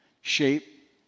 shape